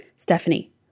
Stephanie